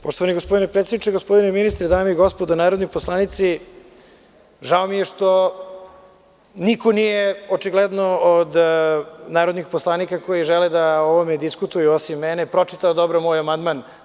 Poštovani gospodine predsedniče, gospodine ministre, dame i gospodo narodni poslanici, žao mi je što niko nije od narodnih poslanika koji žele da o tome diskutuju osim mene, pročitao dobro moj amandman.